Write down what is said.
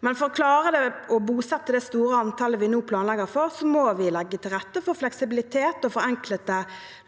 unge. For å klare å bosette det store antallet vi nå planlegger for, må vi legge til rette for fleksibilitet og forenklede